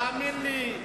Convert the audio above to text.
תאמין לי,